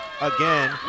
again